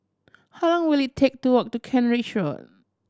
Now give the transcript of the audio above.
how long will it take to walk to Kent Ridge Road